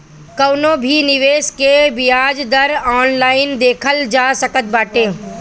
कवनो भी निवेश के बियाज दर ऑनलाइन देखल जा सकत बाटे